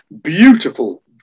beautiful